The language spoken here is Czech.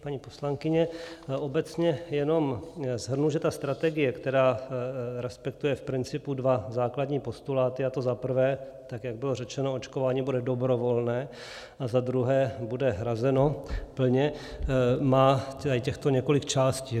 Paní poslankyně, obecně jenom shrnu, že ta strategie, která respektuje v principu dva základní postuláty, a to za prvé, tak jak bylo řečeno, očkování bude dobrovolné, a za druhé bude hrazeno plně, má těchto několik částí.